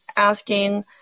Asking